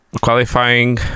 qualifying